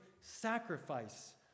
sacrifice